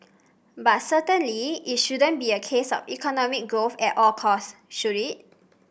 but certainly it shouldn't be a case of economic growth at all costs should it